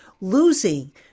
losing